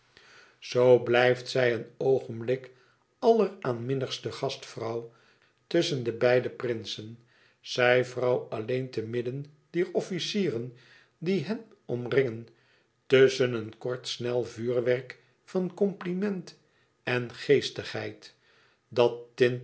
zoo blijft zij een oogenblik alleraanminnigste gastvrouw tusschen de beide prinsen zij vrouw alleen te midden dier officieren die hen omringen tusschen een kort snel vuurwerk van compliment en geestigheid dat